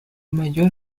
mayor